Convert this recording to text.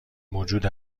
موجود